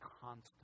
constant